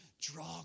draw